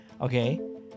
okay